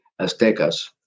Aztecas